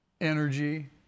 energy